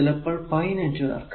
ചിലപ്പോൾ pi network